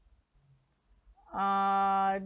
err